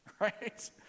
Right